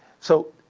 so